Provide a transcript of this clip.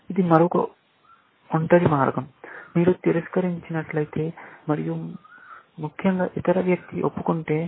ఇది మరొక ఒంటరి మార్గం మీరు తిరస్కరించి నట్లయితే మరియు ముఖ్యంగా ఇతర వ్యక్తి ఒప్పుకుంటే